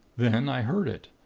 then i heard it,